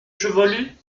chevelu